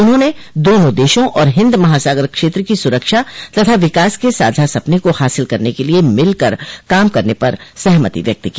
उन्होंने दोनों देशों और हिन्द महासागर क्षेत्र की सुरक्षा तथा विकास के साझा सपने को हासिल करने के लिए मिलकर काम करने पर सहमति व्यक्त की